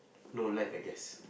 no life I guess